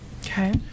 Okay